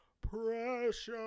Precious